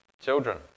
Children